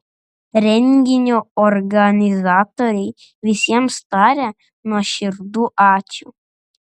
renginio organizatoriai visiems taria nuoširdų ačiū